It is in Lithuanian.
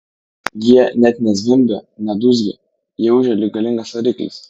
jie net ne zvimbia ne dūzgia jie ūžia lyg galingas variklis